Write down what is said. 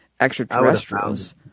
extraterrestrials